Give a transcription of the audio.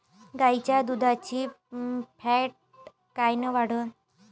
गाईच्या दुधाची फॅट कायन वाढन?